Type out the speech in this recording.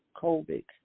COVID